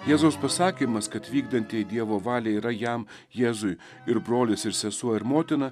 jėzaus pasakymas kad vykdantieji dievo valią yra jam jėzui ir brolis ir sesuo ir motina